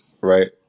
right